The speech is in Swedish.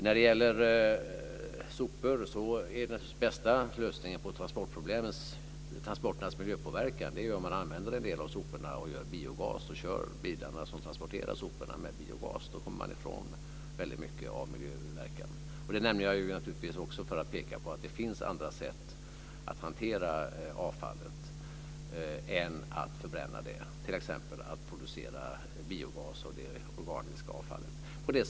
När det gäller sopor är den bästa lösningen på transporternas miljöpåverkan naturligtvis att använda en del av soporna till att göra biogas och att köra de bilar som transporterar soporna med biogas. Då kommer man ifrån väldigt mycket av miljöpåverkan. Det nämnde jag naturligtvis också för att peka på att det finns andra sätt att hantera avfallet än att förbränna det, t.ex. att producera biogas av det organiska avfallet.